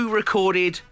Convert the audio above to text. recorded